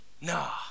Nah